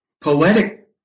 poetic